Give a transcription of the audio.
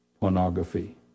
pornography